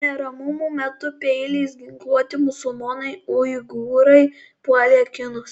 neramumų metu peiliais ginkluoti musulmonai uigūrai puolė kinus